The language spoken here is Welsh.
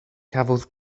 cafodd